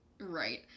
right